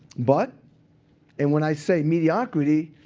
but and when i say mediocrity,